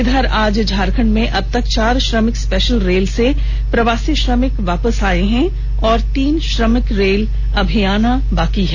इधर आज झारखंड में अबतक चार श्रमिक स्पेशल रेल से प्रवासी श्रमिक वापस आए हैं और तीन श्रमिक रेल आनी बाकी है